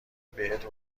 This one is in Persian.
بهت